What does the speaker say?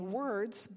words